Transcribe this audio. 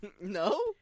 No